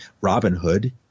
Robinhood